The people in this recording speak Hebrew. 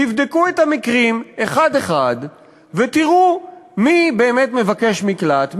תבדקו את המקרים אחד-אחד ותראו מי באמת מבקש מקלט,